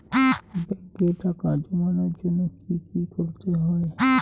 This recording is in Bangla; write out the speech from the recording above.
ব্যাংকে টাকা জমানোর জন্য কি কি করতে হয়?